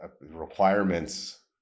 requirements